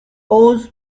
ooze